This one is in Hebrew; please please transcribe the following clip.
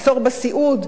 מחסור בסיעוד,